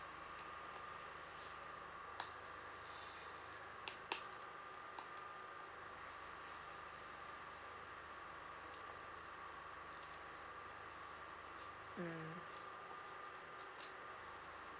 mm